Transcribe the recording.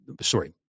sorry